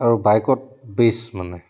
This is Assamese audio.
আৰু বাইকত বেষ্ট মানে